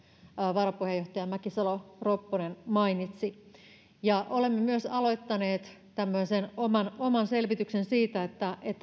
varapuheenjohtaja mäkisalo ropponen mainitsi olemme myös aloittaneet tämmöisen oman oman selvityksen siitä